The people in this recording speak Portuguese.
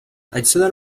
adicionar